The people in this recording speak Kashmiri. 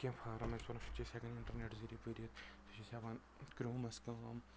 کیٚنٛہہ فارم آسہِ بَرُن سُہ تہِ چھ أسۍ ہٮ۪کان اِنٹرنیٹ ذٔریعہِ بٔرِتھ أسۍ چھِ ہیوان کرومَس کٲم